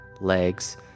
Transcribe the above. legs